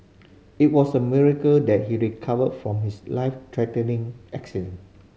it was a miracle that he recovered from his life threatening accident